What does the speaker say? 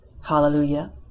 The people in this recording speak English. hallelujah